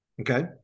Okay